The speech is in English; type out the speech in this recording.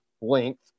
length